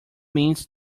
means